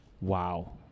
wow